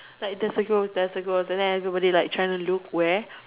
like there's a ghost there's a ghost and then like everybody like trying to look where